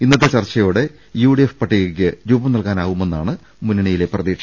ഇന്നത്തെ ചർച്ച യോടെ യുഡിഎഫ് പട്ടികക്ക് രൂപം നൽകാനാകുമെന്നാണ് മുന്നണി യുടെ പ്രതീക്ഷ